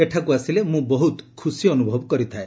ଏଠାକୁ ଆସିଲେ ମୁଁ ବହୁତ ଖୁସି ଅନୁଭବ କରିଥାଏ